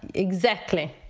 exactly.